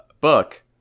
book